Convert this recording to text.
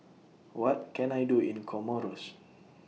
What Can I Do in Comoros